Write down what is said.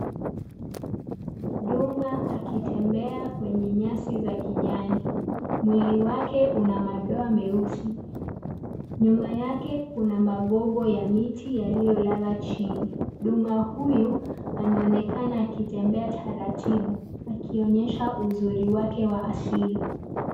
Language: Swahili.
Duma akitembea kwenye nyasi za kijani. Mwili wake una madoa meusi. Nyuma yake kuna magogo ya miti yaliyolala chini. Duma huyu anaonekana akitembea taratibu akionyesha uzuri wake wa asili.